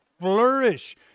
flourish